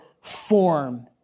form